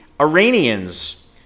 Iranians